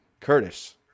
Curtis